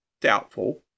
Doubtful